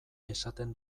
esaten